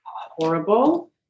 horrible